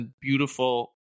beautiful